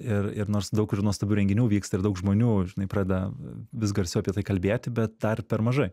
ir ir nors daug kur ir nuostabių renginių vyksta ir daug žmonių žinai pradeda vis garsiau apie tai kalbėti bet dar per mažai